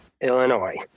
Illinois